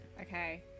Okay